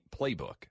playbook